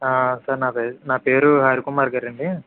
sir నా పేరు నా పేరు హరికుమార్ గారండి